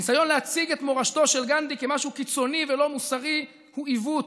הניסיון להציג את מורשתו של גנדי כמשהו קיצוני ולא מוסרי הוא עיוות,